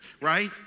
right